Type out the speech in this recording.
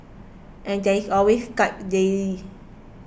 and there is always Skype daily